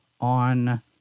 on